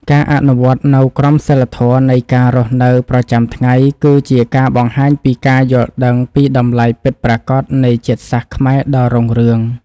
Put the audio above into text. ការអនុវត្តនូវក្រមសីលធម៌នៃការរស់នៅប្រចាំថ្ងៃគឺជាការបង្ហាញពីការយល់ដឹងពីតម្លៃពិតប្រាកដនៃជាតិសាសន៍ខ្មែរដ៏រុងរឿង។